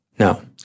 No